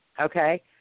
Okay